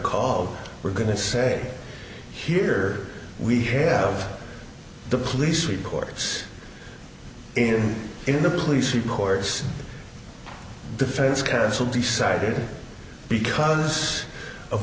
called we're going to say here we have the police reports in the police reports defense counsel decided because of